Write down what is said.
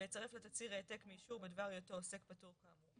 ויצרף לתצהיר העתק מאישור בדבר היותו עוסק פטור כאמור.